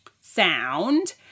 sound